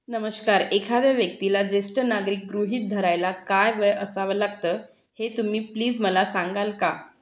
नमस्कार एखाद्या व्यक्तीला ज्येष्ठ नागरिक गृहित धरायला काय वय असावं लागतं हे तुम्ही प्लीज मला सांगाल का